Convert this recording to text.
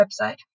website